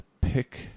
pick